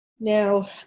now